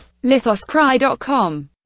lithoscry.com